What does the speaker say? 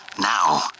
Now